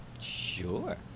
Sure